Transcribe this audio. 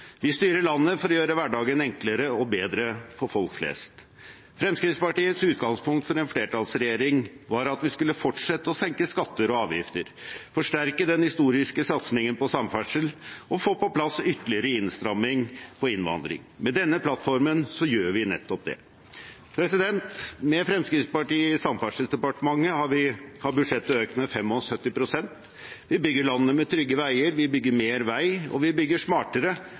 Vi styrer landet for å gjøre hverdagen enklere og bedre for folk flest. Fremskrittspartiets utgangspunkt for en flertallsregjering var at vi skulle fortsette å senke skatter og avgifter, forsterke den historiske satsingen på samferdsel og få på plass ytterligere innstramminger på innvandring. Med denne plattformen gjør vi nettopp det. Med Fremskrittspartiet i Samferdselsdepartementet har budsjettet økt med 75 pst. Vi bygger landet med trygge veier. Vi bygger mer vei, og vi bygger smartere